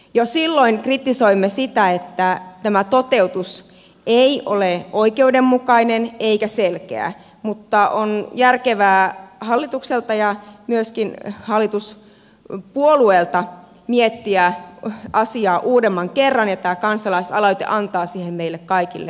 jo silloin kritisoimme sitä että tämä toteutus ei ole oikeudenmukainen eikä selkeä mutta on järkevää hallitukselta ja myöskin hallituspuolueilta miettiä asiaa uudemman kerran ja tämä kansalaisaloite antaa siihen meille kaikille mahdollisuuden